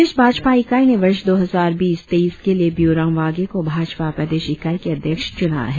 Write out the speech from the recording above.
प्रदेश भाजपा इकाई ने वर्ष दो हजार बीस तेईस के लिए बियूराम वागे को भाजपा प्रदेश इकाई के अध्यक्ष चुना गया है